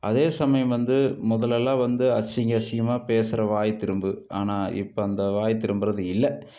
அதே சமயம் வந்து முதெல்லலாம் வந்து அசிங்கம் அசிங்கமாக பேசுகிற வாய் திரும்பு ஆனால் இப்போ அந்த வாய் திரும்புறது இல்லை